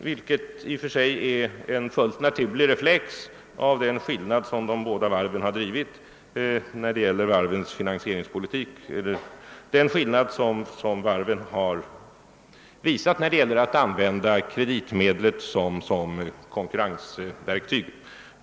Detta är i och för sig en fullt naturlig reflex av den skillnad som varven visar när det gäller att använda kreditmedlet som konkurrensverktyg.